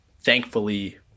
thankfully